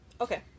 okay